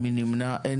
33 למעט התוספת אושרו.